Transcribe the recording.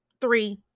three